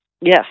Yes